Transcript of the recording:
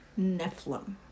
Nephilim